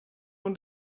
und